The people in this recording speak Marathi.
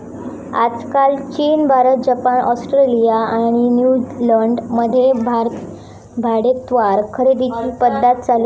आजकाल चीन, भारत, जपान, ऑस्ट्रेलिया आणि न्यूजीलंड मध्ये भाडेतत्त्वावर खरेदीची पध्दत चालु हा